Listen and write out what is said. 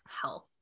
health